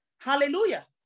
Hallelujah